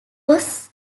was